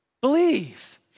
believe